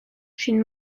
ŝin